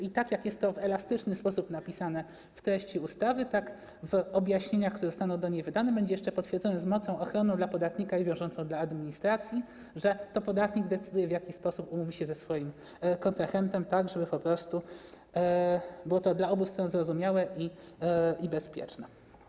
I tak jak jest to w elastyczny sposób napisane w treści ustawy, tak w objaśnieniach, które zostaną do niej wydane, będzie jeszcze potwierdzone z mocą ochronną dla podatnika i wiążącą dla administracji, że to podatnik decyduje, w jaki sposób umówi się ze swoim kontrahentem, tak żeby po prostu było to dla obu stron zrozumiałe i bezpieczne.